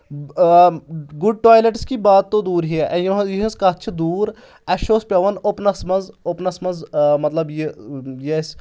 اۭں good toilets کی بات تو دوٗر ہی ہے یِہٕنٛز کَتھ چھِ دوٗر اَسہِ چھُ اوس پیٚوان اوٚپنَس منٛز اوٚپنَس منٛز مطلب یہِ اَسہِ